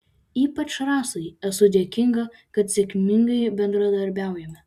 ypač rasai esu dėkinga kad sėkmingai bendradarbiaujame